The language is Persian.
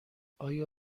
آیا